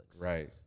Right